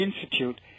Institute